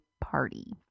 party